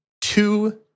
two